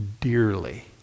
dearly